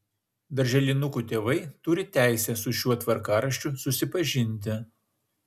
darželinukų tėvai turi teisę su šiuo tvarkaraščiu susipažinti